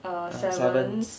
err seven